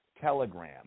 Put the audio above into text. Telegram